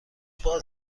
باز